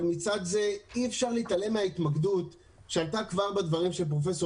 אבל מצד זה אי אפשר להתעלם מההתמקדות שעלתה כבר בדברים של פרופ'